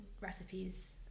recipes